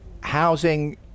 Housing